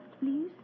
please